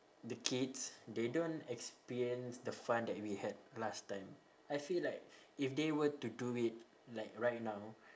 the kids they don't experience the fun that we had last time I feel like if they were to do it like right now